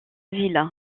ville